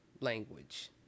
language